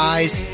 Eyes